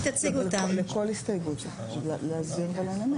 והיא תסביר ותנמק